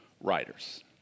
writers